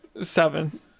Seven